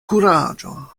kuraĝon